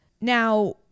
Now